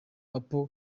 apple